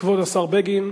כבוד השר בגין.